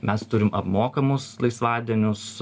mes turim apmokamus laisvadienius